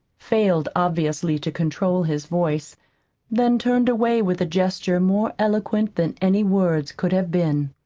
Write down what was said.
failed obviously to control his voice then turned away with a gesture more eloquent than any words could have been.